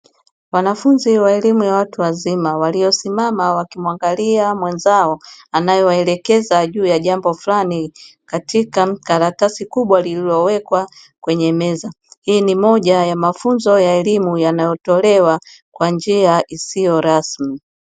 Wanfunzi wa elimu ya watu wazima waliosimama wakimuangalia mwenzao anayewaelekeza juu ya jambo fulani, katika karatasi kubwa lililowekwa kwenye meza, hii ni moja ya mafunzo ya elimu yanayotolewa kwa njia isiyo rasmi.